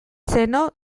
zeno